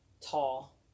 tall